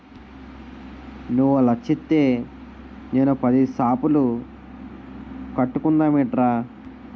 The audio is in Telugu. నువ్వో లచ్చిత్తే నేనో పదేసి సాపులు కట్టుకుందమేట్రా